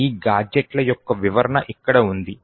ఈ గాడ్జెట్ల యొక్క వివరణ ఇక్కడ ఉంది